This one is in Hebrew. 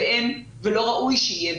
ואין ובעיניי לא ראוי שיהיה,